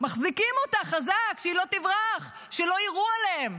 מחזיקים אותה חזק שהיא לא תברח, שלא יירו עליהם.